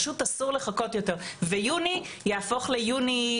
פשוט אסור לחכות יותר ויוני יהפוך ליולי,